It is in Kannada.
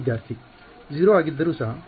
ವಿದ್ಯಾರ್ಥಿ 0 ಆಗಿದ್ದರೂ ಸಹ